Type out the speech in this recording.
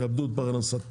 יאבדו את פרנסתם,